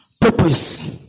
purpose